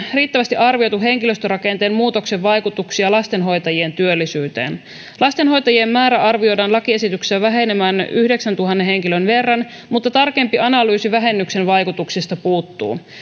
riittävästi arvioitu henkilöstörakenteen muutoksen vaikutuksia lastenhoitajien työllisyyteen lastenhoitajien määrän arvioidaan lakiesityksessä vähenevän yhdeksäntuhannen henkilön verran mutta tarkempi analyysi vähennyksen vaikutuksista puuttuu